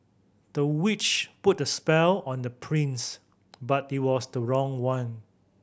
the witch put a spell on the twins but it was the wrong one